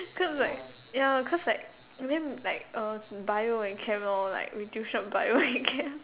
then I'm like ya cause like then like uh Bio and Chem lor like we tuition Bio and Chem